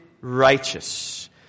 righteous